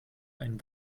ein